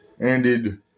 ended